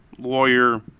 Lawyer